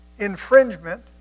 Infringement